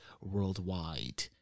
worldwide